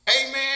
amen